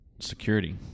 security